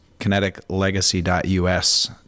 KineticLegacy.us